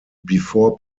before